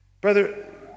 Brother